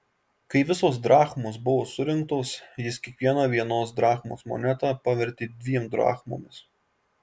kai visos drachmos buvo surinktos jis kiekvieną vienos drachmos monetą pavertė dviem drachmomis